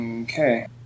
Okay